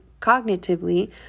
cognitively